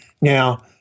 Now